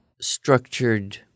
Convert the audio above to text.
structured